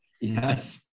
Yes